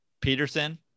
peterson